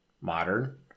modern